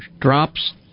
drops